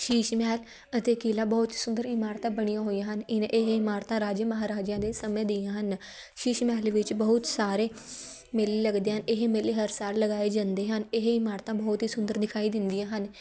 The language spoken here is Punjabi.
ਸ਼ੀਸ਼ ਮਹਿਲ ਅਤੇ ਕਿਲ੍ਹਾ ਬਹੁਤ ਹੀ ਸੁੰਦਰ ਇਮਾਰਤਾਂ ਬਣੀਆਂ ਹੋਈਆਂ ਹਨ ਇਹਨਾਂ ਇਹ ਇਮਾਰਤਾਂ ਰਾਜੇ ਮਹਾਰਾਜਿਆਂ ਦੇ ਸਮੇਂ ਦੀਆਂ ਹਨ ਸ਼ੀਸ਼ ਮਹਿਲ ਵਿੱਚ ਬਹੁਤ ਸਾਰੇ ਮੇਲੇ ਲੱਗਦੇ ਹਨ ਇਹ ਮੇਲੇ ਹਰ ਸਾਲ ਲਗਾਏ ਜਾਂਦੇ ਹਨ ਇਹ ਇਮਾਰਤਾਂ ਬਹੁਤ ਹੀ ਸੁੰਦਰ ਦਿਖਾਈ ਦਿੰਦੀਆਂ ਹਨ